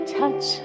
touch